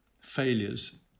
failures